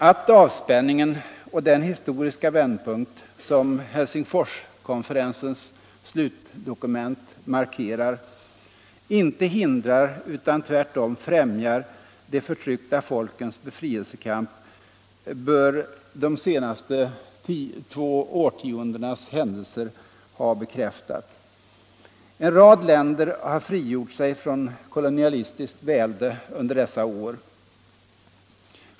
Att avspänningen och den historiska vändpunkt, som Heltsingforskonferensens slutdokument markerar, inte hindrar utan tvärtom främjar de förtryckta folkens befrielsekamp bör de senaste två årtiondenas händelser ha bekräftat. En rad länder har frigjort sig från kolonialistiskt välde under dessa år.